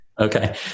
Okay